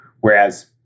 Whereas